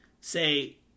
say